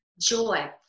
joy